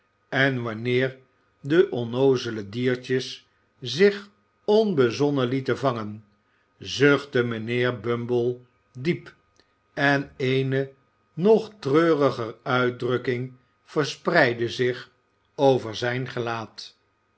en wanneer de onnoozele diertjes zich onbezonnen lieten vangen zuchtte mijnhelr bumble diep en eene nog treuriger uitdrukking verspreidde zich over zijn gelaat